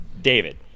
David